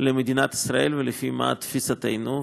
למדינת ישראל ולפי תפיסתנו.